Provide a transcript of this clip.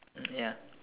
ya